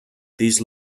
these